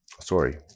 sorry